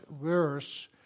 worse